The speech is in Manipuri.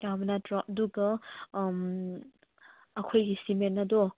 ꯌꯥꯕ ꯅꯠꯇ꯭ꯔꯣ ꯑꯗꯨꯒ ꯑꯩꯈꯣꯏꯒꯤ ꯁꯤꯃꯦꯟ ꯑꯗꯣ